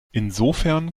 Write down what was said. insofern